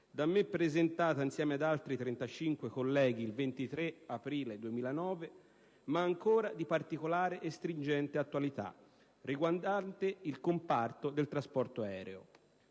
da me presentata insieme ad altri 35 colleghi il 23 aprile 2009 ma ancora di particolare e stringente attualità, riguardante il comparto del trasporto aereo.